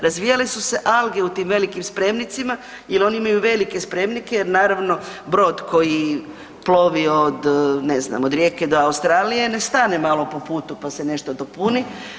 Razvijale su se alge u tim velikim spremnicima jer oni imaju velike spremnike jer naravno brod koji plovi od ne znam od Rijeke do Australije ne stane malo po putu pa se nešto dopuni.